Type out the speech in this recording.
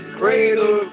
cradle